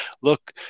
look